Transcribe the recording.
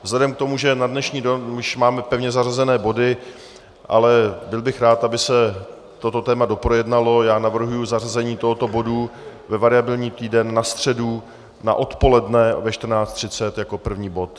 Vzhledem k tomu, že na dnešní den už máme pevně zařazené body, ale byl bych rád, aby se toto téma doprojednalo, tak já navrhuji zařazení tohoto bodu ve variabilní týden na středu odpoledne ve 14.30 jako první bod.